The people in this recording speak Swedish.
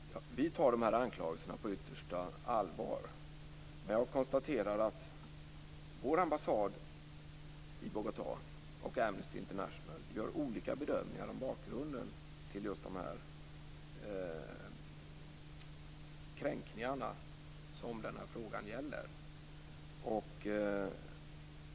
Fru talman! Vi tar dessa anklagelser på yttersta allvar. Jag konstaterar att vår ambassad i Bogotá och Amnesty International gör olika bedömningar om bakgrunden till de kränkningar som den här frågan gäller.